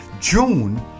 June